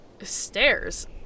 Stairs